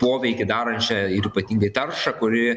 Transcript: poveikį darančią ir ypatingai taršą kuri